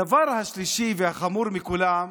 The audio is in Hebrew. הדבר השלישי, והחמור מכולם,